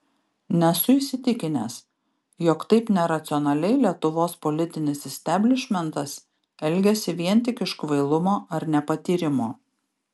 nesu įsitikinęs jog taip neracionaliai lietuvos politinis isteblišmentas elgiasi vien tik iš kvailumo ar nepatyrimo